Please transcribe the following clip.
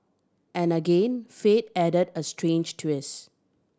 and again fate added a strange twist